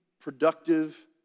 productive